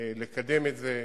לקדם את זה.